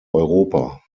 europa